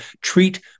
treat